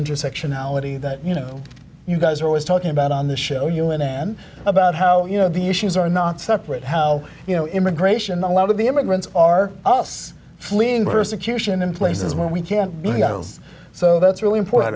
intersectionality that you know you guys are always talking about on the show you and and about how you know the issues are not separate how you know immigration a lot of the immigrants are us fleeing persecution in places where we can't so that's really important